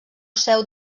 seu